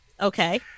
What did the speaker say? Okay